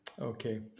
Okay